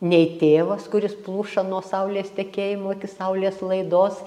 nei tėvas kuris pluša nuo saulės tekėjimo iki saulės laidos